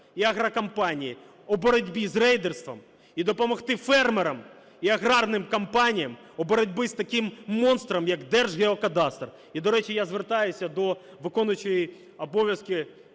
і агрокомпаніям у боротьбі з рейдерством, і допомогти фермерам і аграрним компаніям у боротьбі з таким монстром, як Держгеокадастр. І, до речі, я звертаюся до виконуючого обов'язки